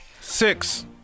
Six